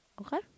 Okay